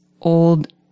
old